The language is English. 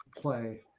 play